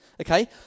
Okay